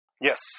Yes